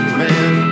man